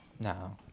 no